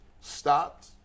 stopped